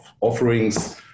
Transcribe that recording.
offerings